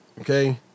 okay